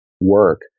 work